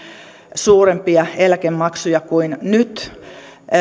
suurempia eläkemaksuja kuin nyt